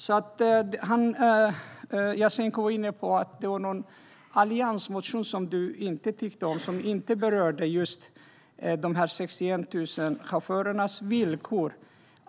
Jasenko Omanovic var inne på att det finns någon alliansmotion som han inte tycker om och som inte berör just de här 61 000 chaufförernas villkor.